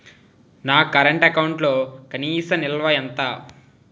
నా కరెంట్ అకౌంట్లో కనీస నిల్వ ఎంత?